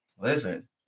listen